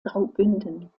graubünden